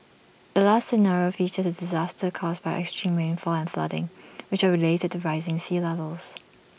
the last scenario features A disaster caused by extreme rainfall and flooding which are related to rising sea levels